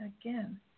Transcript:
again